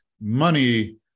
Money